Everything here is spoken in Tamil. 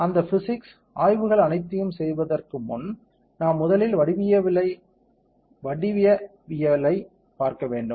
அந்த பிசிக்ஸ் ஆய்வுகள் அனைத்தையும் செய்வதற்கு முன் நாம் முதலில் வடிவவியலை பார்க்க வேண்டும்